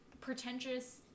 pretentious